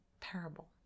parable